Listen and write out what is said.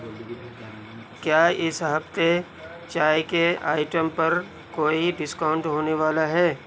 کیا اس ہفتے چائے کے آئٹم پر کوئی ڈسکاؤنٹ ہونے والا ہے